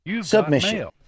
submission